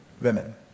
women